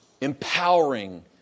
empowering